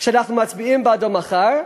שאנחנו מצביעים בעדו מחר,